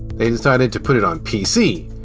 they decided to put it on pc,